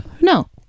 No